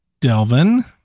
Delvin